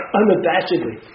unabashedly